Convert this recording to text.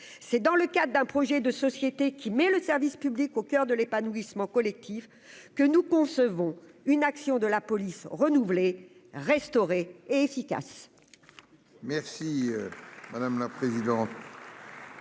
c'est dans le cadre d'un projet de société qui met le service public au coeur de l'épanouissement collectif que nous concevons une action de la police renouvelée restaurer et efficace.